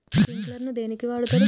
Sprinkler ను దేనికి వాడుతరు?